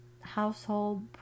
household